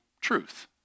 truth